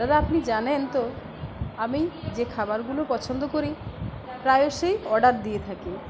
দাদা আপনি জানেন তো আমি যে খাবারগুলো পছন্দ করি প্রায় সেই অর্ডার দিয়ে থাকি